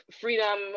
freedom